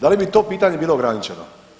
Da li bi to pitanje bilo ograničeno?